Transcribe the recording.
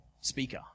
speaker